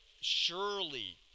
surely